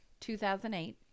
2008